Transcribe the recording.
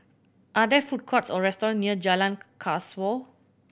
are there food courts or restaurants near Jalan Kasau